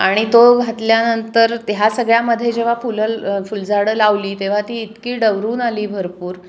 आणि तो घातल्यानंतर ह्या सगळ्यामध्ये जेव्हा फुलं फुलझाडं लावली तेव्हा ती इतकी डवरून आली भरपूर